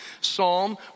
Psalm